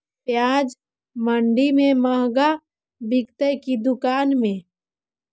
प्याज मंडि में मँहगा बिकते कि दुकान में?